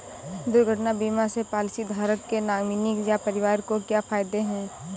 दुर्घटना बीमा से पॉलिसीधारक के नॉमिनी या परिवार को क्या फायदे हैं?